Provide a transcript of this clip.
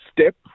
step